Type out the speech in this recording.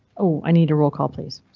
oh, i need a roll call please.